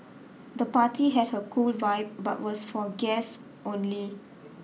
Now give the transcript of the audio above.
the party had a cool vibe but was for guests only